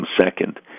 second